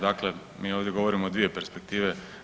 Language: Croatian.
Dakle, mi ovdje govorimo o dvije perspektive.